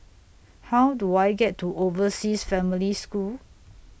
How Do I get to Overseas Family School